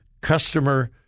customer